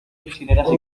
txineraz